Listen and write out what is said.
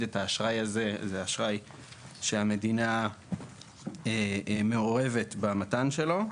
את האשראי הזה שהמדינה מעורבת בנתינתו.